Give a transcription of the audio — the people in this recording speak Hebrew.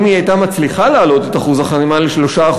אם היא הייתה מצליחה להעלות את אחוז החסימה ל-3%,